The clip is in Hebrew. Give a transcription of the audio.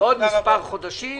בעוד מספר חודשים,